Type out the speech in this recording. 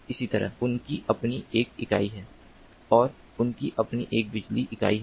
उनकी अपनी उनकी अपनी एक इकाई है और उनकी अपनी एक बिजली इकाई है